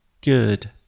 good